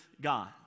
God